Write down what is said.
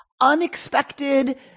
unexpected